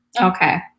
Okay